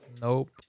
nope